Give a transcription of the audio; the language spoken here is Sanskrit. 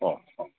ओहो